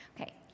Okay